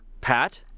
Pat